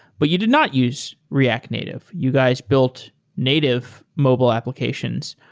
but you did not use react native. you guys built native mobile applications.